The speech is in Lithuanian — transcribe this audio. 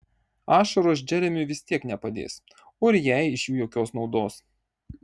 ašaros džeremiui vis tiek nepadės o ir jai iš jų jokios naudos